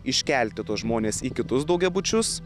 iškelti tuos žmones į kitus daugiabučius